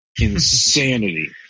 insanity